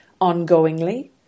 ongoingly